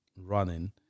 running